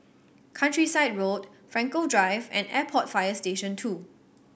Countryside Road Frankel Drive and Airport Fire Station Two